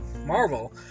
Marvel